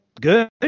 good